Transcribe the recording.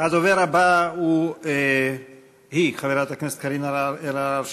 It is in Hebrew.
הדוברת הבאה היא חברת הכנסת קארין אלהרר,